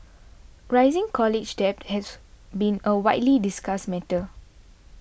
rising college debt has been a widely discussed matter